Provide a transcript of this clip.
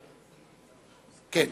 כן.